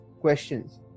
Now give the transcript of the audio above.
questions